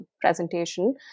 presentation